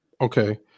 okay